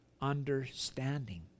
understanding